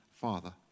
Father